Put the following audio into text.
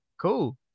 cool